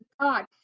God